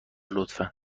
لطفا